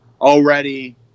already